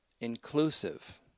inclusive